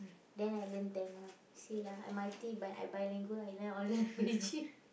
then I learn Tamil see lah I multi~ but I bilingual I learn all the language b~ b~